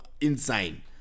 insane